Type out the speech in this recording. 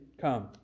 come